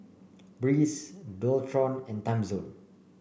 Breeze Dualtron and Timezone